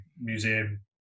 museum